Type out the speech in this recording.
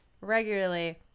regularly